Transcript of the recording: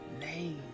name